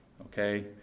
Okay